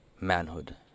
manhood